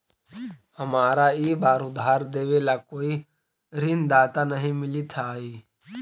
हमारा ई बार उधार देवे ला कोई ऋणदाता नहीं मिलित हाई